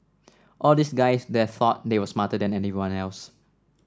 all the guys there thought they were smarter than everyone else